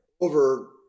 over